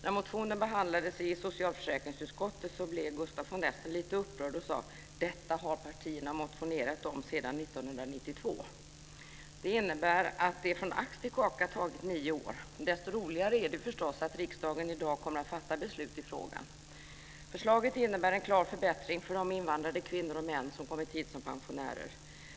När motionen behandlades i socialförsäkringsutskottet blev Gustaf von Essen lite upprörd och sa: "Detta har partierna motionerat om sedan 1992." Det innebär att det från ax till kaka tagit nio år. Desto roligare är det förstås att riksdagen i dag kommer att fatta beslut i frågan. Förslaget innebär en klar förbättring för de invandrade kvinnor och män som kommit hit som pensionärer.